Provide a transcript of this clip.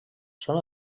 són